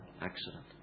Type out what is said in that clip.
accident